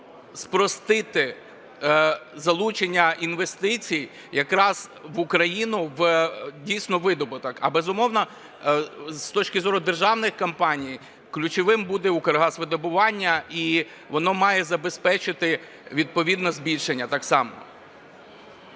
спростити залучення інвестицій якраз в Україну, дійсно у видобуток. А, безумовно, з точки зору державних компаній ключовим буде Укргазвидобування, і воно має забезпечити відповідно збільшення, так само.